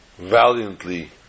valiantly